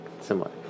similar